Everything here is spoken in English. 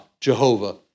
Jehovah